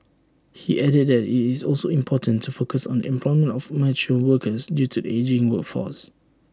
he added that IT is also important to focus on the employment of mature workers due to the ageing workforce